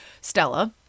Stella